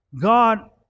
God